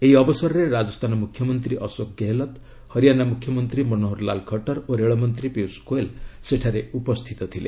ଏହି ଅବସରରେ ରାଜସ୍ଥାନ ମୁଖ୍ୟମନ୍ତ୍ରୀ ଅଶୋକ ଗେହଲଟ୍ ହରିୟାଣା ମୁଖ୍ୟମନ୍ତ୍ରୀ ମନୋହରଲାଲ୍ ଖଟର୍ ଓ ରେଳମନ୍ତ୍ରୀ ପିୟୁଷ୍ ଗୋୟଲ୍ ସେଠାରେ ଉପସ୍ଥିତ ଥିଲେ